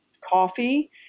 coffee